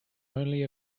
only